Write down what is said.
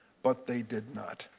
but they did not.